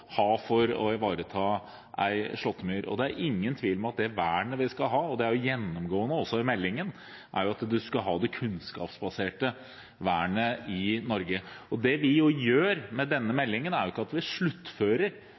ha for å ivareta en slåttemyr. Det er ingen tvil om at det vernet vi skal ha i Norge – og det er gjennomgående også i meldingen – er det kunnskapsbaserte vernet. Det vi gjør med denne meldingen, er ikke å sluttføre et arbeid. Er det noe vi gjør